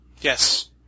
Yes